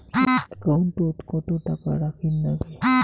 একাউন্টত কত টাকা রাখীর নাগে?